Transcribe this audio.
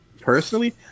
personally